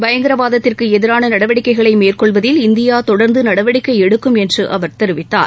பயங்கரவாதத்திற்கு எதிரான நடவடிக்கைகளை மேற்கொள்வதில் இந்தியா தொடர்ந்து நடவடிக்கை எடுக்கும் என்று அவர் தெரிவித்தார்